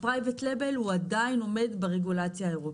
שה-PRIVATE LABEL הוא עדין עומד ברגולציה האירופית.